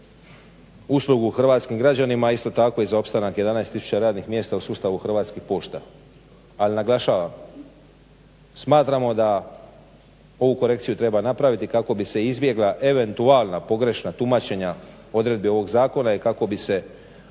uslugu hrvatskim građanima, a isto tako i za opstanak 11000 radnih mjesta u sustavu Hrvatskih pošta. Ali naglašavam, smatramo da ovu korekciju treba napraviti kako bi se izbjegla eventualna pogrešna tumačenja odredbi ovog zakona i kako se